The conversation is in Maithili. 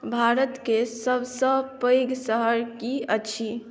भारतके सभसँ पैघ शहर की अछि